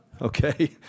Okay